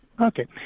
Okay